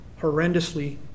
horrendously